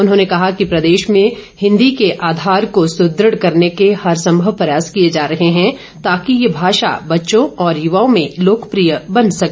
उन्होंने कहा कि प्रदेश में हिंदी के आधार को सुदृढ़ करने के हर संभव प्रयास किए जा रहे हैं ताकि ये भाषा बच्चों और युवाओं में लोकप्रिय बन सके